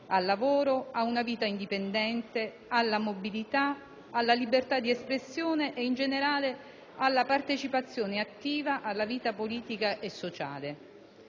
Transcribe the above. al lavoro, a una vita indipendente, alla mobilità, alla libertà di espressione e, in generale, alla partecipazione attiva alla vita politica e sociale.